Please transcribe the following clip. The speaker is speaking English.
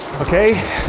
okay